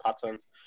patterns